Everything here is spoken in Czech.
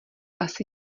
asi